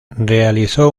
realizó